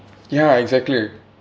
ya exactly